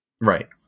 Right